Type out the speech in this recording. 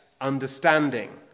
understanding